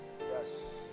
Yes